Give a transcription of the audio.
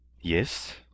Yes